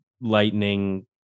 lightning